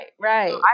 right